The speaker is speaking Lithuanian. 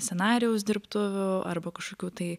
scenarijaus dirbtuvių arba kažkokių tai